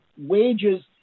wages